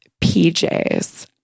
PJs